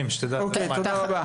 אוקיי, תודה רבה.